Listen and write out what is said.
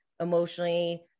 emotionally